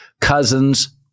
Cousins